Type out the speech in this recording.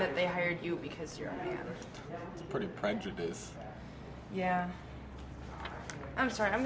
n they hired you because you're pretty prejudice yeah i'm sorry i'm